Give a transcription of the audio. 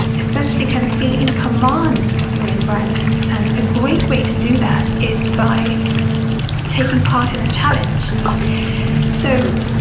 essentially kind of feeling in command of your environment. and a great way to do that is by taking part in a challenge so,